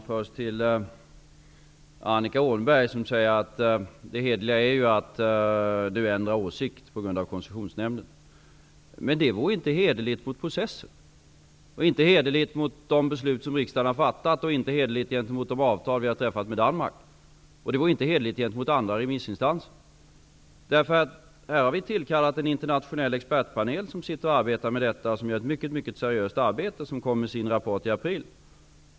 Fru talman! Annika Åhnberg säger att det hederliga skulle vara att ändra åsikt på grund av vad Koncessionsnämnden har sagt. Men det vore inte hederligt mot processen, mot de beslut som riksdagen har fattat och mot de avtal som vi har ingått med Danmark. Det vore inte heller hederligt gentemot andra remissinstanser. Vi har tillkallat en internationell expertpanel som arbetar med denna fråga och gör ett mycket seriöst arbete. Panelen kommer med sin rapport i april.